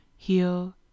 Heal